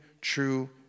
true